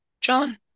John